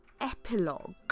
epilogue